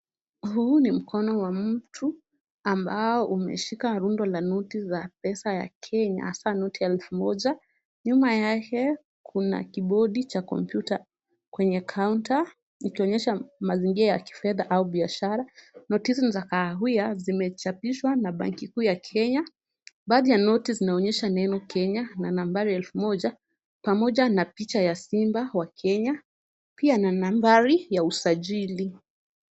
Huu ni mkono wa mtu ambao umeshika rundo la noti za pesa ya Kenya, hasaa noti ya elfu moja, nyuma yake kuna kibodi cha kompyuta kwenye kaunta ilikonyesha mazingira ya kifedha au biashara. Noti hizo ni za kahawia, zimechapishwa na banki kuu ya Kenya, baadhi ya noti zinaonyesha neno Kenya na nambari elfu moja pamoja na picha ya Simba wakiwa pia nambari ya usajili.